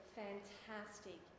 fantastic